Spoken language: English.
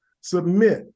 submit